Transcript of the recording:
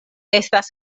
estas